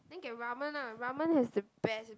then get ramen lah ramen has the best